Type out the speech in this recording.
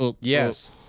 Yes